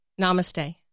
namaste